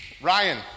Ryan